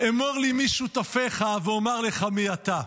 אמור לי מי שותפיך ואומר לך מי אתה.